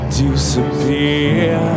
disappear